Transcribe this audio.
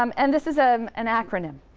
um and this is ah an acronym.